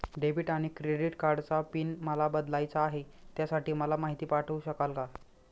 Debit आणि credit कार्डचा PIN मला बदलायचा आहे, त्यासाठी मला माहिती पाठवू शकाल का?